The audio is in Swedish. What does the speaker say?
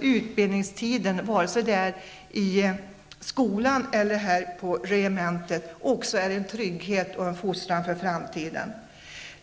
utbildningstiden, vare sig det gäller tiden i skolan eller den på regementet, också en trygghet och en fostran för framtiden.